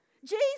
Jesus